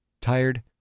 Tired